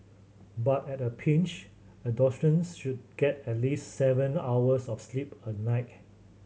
but at a pinch adolescents should get at least seven hours of sleep a night